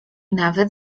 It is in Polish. nawet